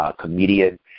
comedian